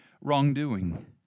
wrongdoing